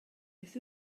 beth